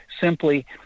simply